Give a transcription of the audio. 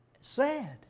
sad